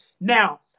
Now